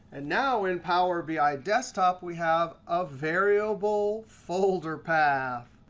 and now in power bi desktop, we have a variable folder path.